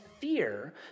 fear